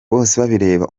bosebabireba